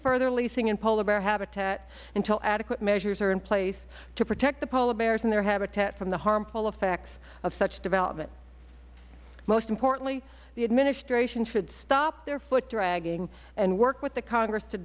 further leasing in polar bear habitat until adequate measures are in place to protect the polar bears in their habitat from the harmful effects of such development most importantly the administration should stop their foot dragging and work with the congress to